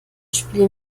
spiel